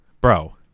bro